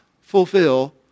fulfill